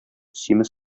симез